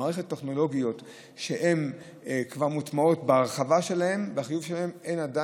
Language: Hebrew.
מערכות טכנולוגיות שכבר מוטמעות בהרחבה שלהן עדיין אין.